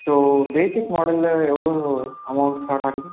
so basic மாடல்ல எவ்வளவு amount start ஆகுது